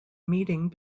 meeting